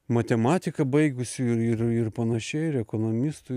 matematiką baigusių ir ir panašiai ir ekonomistų